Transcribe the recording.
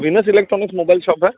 Venus electronics mobile shop का